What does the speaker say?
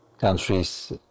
countries